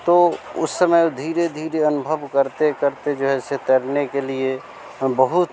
तो उस समय धीरे धीरे अनुभव करते करते जो है ऐसे तैरने के लिए हम बहुत